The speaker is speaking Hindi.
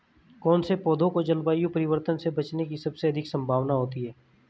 कौन से पौधे को जलवायु परिवर्तन से बचने की सबसे अधिक संभावना होती है?